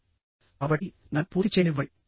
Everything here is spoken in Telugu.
కాబట్టి నన్ను పూర్తి చేయనివ్వండి